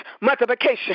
Multiplication